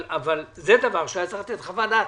אבל זה דבר שהיה צריך לתת עליו חוות דעת.